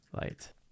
Light